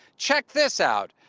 check this out.